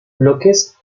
bloques